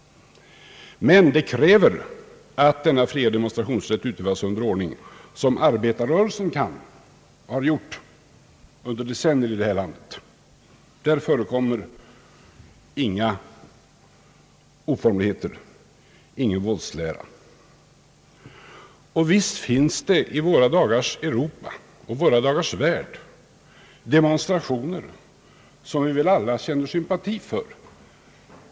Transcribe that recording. Men det krävs att denna fria demonstrationsrätt utövas på ett ordnat sätt, vilket arbetarrörelsen kan och har visat under decennier i detta land. På det hållet förekommer inga oformligheter, ingen våldslära. Visst finns det i våra dagars Europa och i världen av i dag demonstrationer, som vi väl alla känner sympati för.